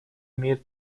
имеет